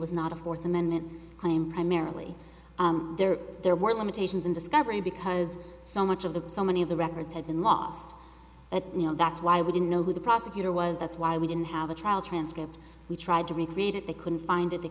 was not a fourth amendment claim primarily there were limitations in discovery because so much of the so many of the records had been lost at you know that's why we didn't know who the prosecutor was that's why we didn't have a trial transcript we tried to recreate it they couldn't find it they